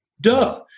Duh